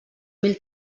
mil